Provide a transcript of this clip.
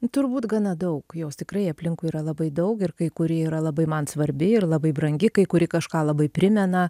turbūt gana daug jos tikrai aplinkui yra labai daug ir kai kuri yra labai man svarbi ir labai brangi kai kuri kažką labai primena